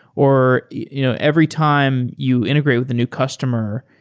or you know every time you integrate with a new customer,